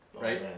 right